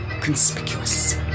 conspicuous